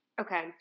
Okay